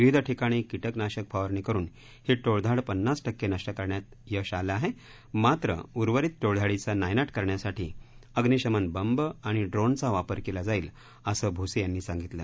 विविध ठिकाणी किटकनाशक फवारणी करुन ही टोळधाड पन्नास टक्के नष्ट करण्यात यश आलं आहे मात्र उर्वरित टोळधाडीचा नायनाट करण्यासाठी अग्नीशमन बंब आणि ड्रोनचा वापर केला जाईल असं भुसे यांनी सांगितलं